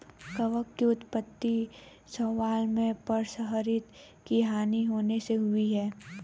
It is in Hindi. कवक की उत्पत्ति शैवाल में पर्णहरित की हानि होने से हुई है